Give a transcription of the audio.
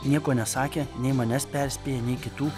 nieko nesakė nei manęs perspėjo nei kitų